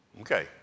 Okay